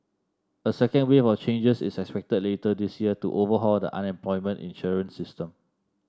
a second wave of changes is expected later this year to overhaul the unemployment insurance system